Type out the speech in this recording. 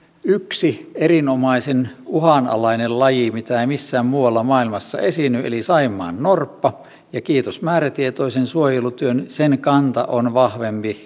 yksi erinomaisen uhanalainen laji mitä ei missään muualla maailmassa esiinny eli saimaannorppa kiitos määrätietoisen suojelutyön sen kanta on vahvempi